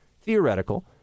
theoretical